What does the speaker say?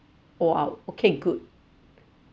!wow! okay good